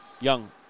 Young